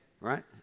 Right